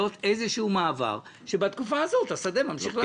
איזשהו מעבר שבתקופה הזאת השדה ממשיך לעבוד.